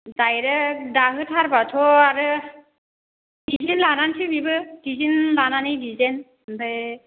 direct दाहोथारबाथ' आरो डिजेन लानानैसो बेबो डिजेन लानानै डिजेन आमफ्राय